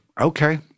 Okay